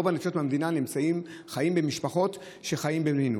רוב הנפשות במדינה חיות במשפחות שחיות במינוס,